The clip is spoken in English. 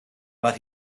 but